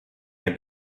nie